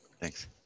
Thanks